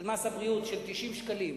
מס הבריאות של 90 שקלים.